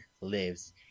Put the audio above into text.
lives